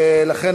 לכן,